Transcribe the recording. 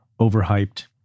overhyped